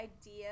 idea